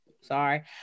Sorry